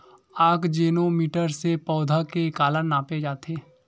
आकजेनो मीटर से पौधा के काला नापे जाथे?